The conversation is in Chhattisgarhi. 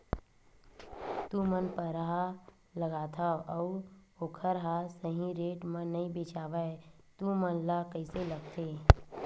तू मन परहा लगाथव अउ ओखर हा सही रेट मा नई बेचवाए तू मन ला कइसे लगथे?